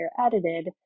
edited